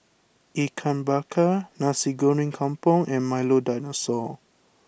Ikan Bakar Nasi Goreng Kampung and Milo Dinosaur